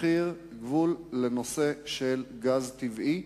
מחיר גבול לגז טבעי,